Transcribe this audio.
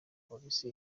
polisi